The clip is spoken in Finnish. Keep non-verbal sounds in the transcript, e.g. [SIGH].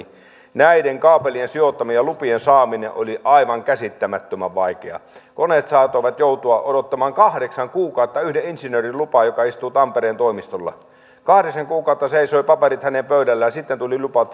näiden kaapelien sijoittaminen ja lupien saaminen oli aivan käsittämättömän vaikeaa koneet saattoivat joutua odottamaan kahdeksan kuukautta lupaa yhdeltä insinööriltä joka istuu tampereen toimistolla kahdeksan kuukautta seisoivat paperit hänen pöydällään sitten tuli lupa [UNINTELLIGIBLE]